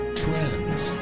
trends